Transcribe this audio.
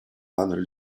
padre